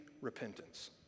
repentance